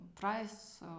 price